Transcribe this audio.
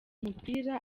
mupira